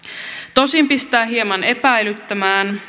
tosin pistää hieman epäilyttämään